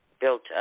built